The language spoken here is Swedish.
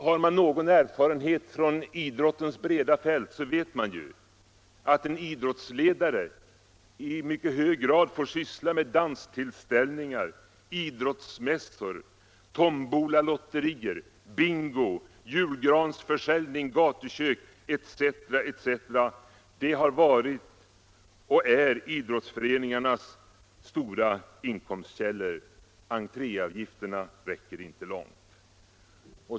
Har man någon erfarenhet från idrottens breda fält, vet man ju att en idrottsledare i mycket hög grad får syssla med danstillställningar, idrottsmässor, tombola och lotterier, bingo, julgransförsäljning, gatukök etc. Sådana saker har varit och är idrottsföreningarnas stora inkomstkällor — entréavgifterna räcker inte långt.